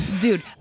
dude